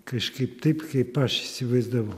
kažkaip taip kaip aš įsivaizdavau